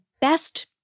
best